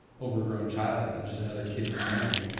overgrown child and just another kid in the family,